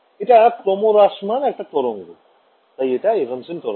এটা ক্রমহ্রাসমান একটা তরঙ্গ তাই এটা এভান্সেন্ত তরঙ্গ